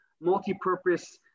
multi-purpose